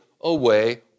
away